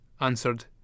answered